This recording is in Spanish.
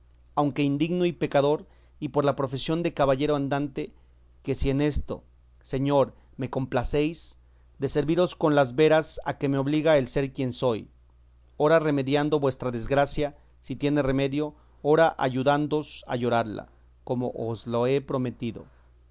aunque indigno y pecador y por la profesión de caballero andante que si en esto señor me complacéis de serviros con las veras a que me obliga el ser quien soy ora remediando vuestra desgracia si tiene remedio ora ayudándoos a llorarla como os lo he prometido